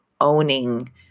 owning